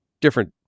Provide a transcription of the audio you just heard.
different